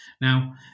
Now